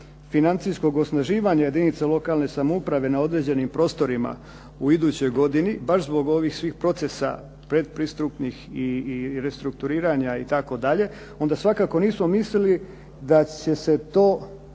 financijskog osnaživanja jedinica lokalne samouprave na određenim prostorima u idućoj godini baš zbog ovih svih procesa pretpristupnih i restrukturiranja itd., onda svakako nismo mislili da će se to